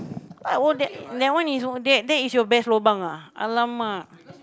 ah what that one is that that is your best lobang ah !alamak!